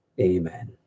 amen